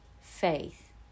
faith